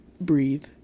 breathe